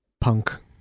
punk